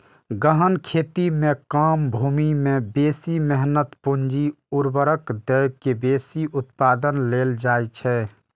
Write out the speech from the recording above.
गहन खेती मे कम भूमि मे बेसी मेहनत, पूंजी, उर्वरक दए के बेसी उत्पादन लेल जाइ छै